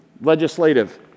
legislative